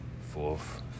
Fourth